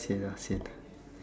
sian ah sian